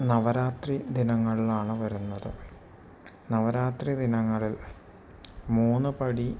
നവരാത്രി ദിനങ്ങളിലാണു വരുന്നത് നവരാത്രി ദിനങ്ങളിൽ മൂന്നു പടി